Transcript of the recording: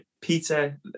Peter